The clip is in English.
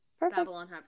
Babylon